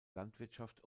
landwirtschaft